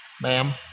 Ma'am